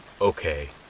okay